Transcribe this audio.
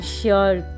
sure